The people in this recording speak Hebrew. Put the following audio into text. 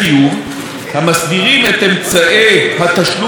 המסדירים את אמצעי התשלום הקיימים,